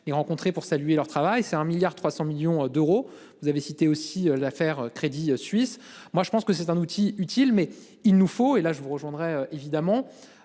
et rencontrer pour saluer leur travail c'est un milliard 300 millions d'euros. Vous avez cité aussi l'affaire Crédit Suisse. Moi je pense que c'est un outil utile mais il nous faut et là je vous rejoindrais évidemment.